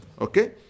Okay